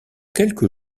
quelques